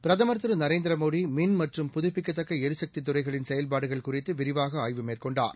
பிரதமர் திருநரேந்திரமோடிமின் மற்றும் புதுப்பிக்கத்தக்களிசுக்தித் துறைகளின் செயல்பாடுகள் குறித்துவிரிவாகஆய்வு மேற்கொண்டார்